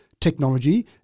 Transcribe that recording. technology –